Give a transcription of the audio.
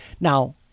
Now